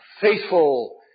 faithful